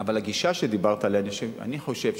אבל הגישה שדיברת עליה, אני חושב,